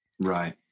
Right